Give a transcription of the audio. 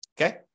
Okay